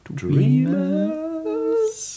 dreamers